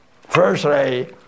Firstly